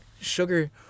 sugar